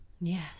Yes